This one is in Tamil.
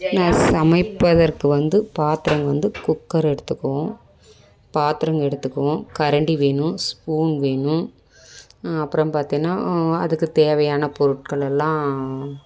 நான் சமைப்பதற்கு வந்து பாத்திரம் வந்து குக்கர் எடுத்துக்குவோம் பாத்திரம் எடுத்துக்குவோம் கரண்டி வேணும் ஸ்பூன் வேணும் அப்புறம் பார்த்திங்கன்னா அதுக்கு தேவையான பொருட்கள் எல்லாம்